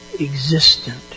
existent